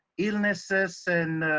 illnesses and